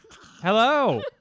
Hello